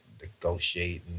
negotiating